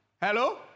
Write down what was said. Hello